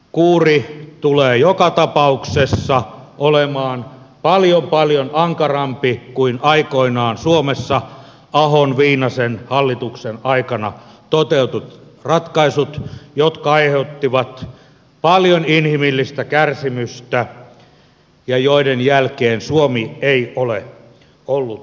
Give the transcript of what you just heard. kuuri tulee joka tapauksessa olemaan paljon paljon ankarampi kuin aikoinaan suomessa ahonviinasen hallituksen aikana toteutetut ratkaisut jotka aiheuttivat paljon inhimillistä kärsimystä ja joiden jälkeen suomi ei ole ollut entisensä